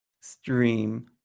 stream